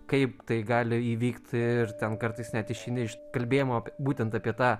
kaip tai gali įvykt ir ten kartais net išeini iš kalbėjimo būtent apie tą